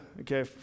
okay